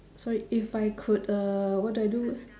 sorry if I could uh what do I do